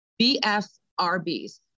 BFRBs